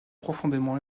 profondément